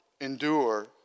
endure